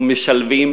ומשלבים